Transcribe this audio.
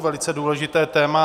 Velice důležité téma.